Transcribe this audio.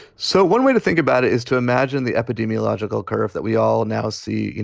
so one way to think about it is to imagine the epidemiological curve that we all now see, you